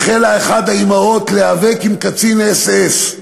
החלה אחת האימהות להיאבק עם קצין אס-אס,